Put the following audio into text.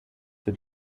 für